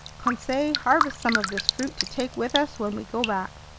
conseil, harvest some of this fruit to take with us when we go back.